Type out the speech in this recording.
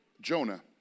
Jonah